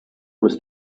was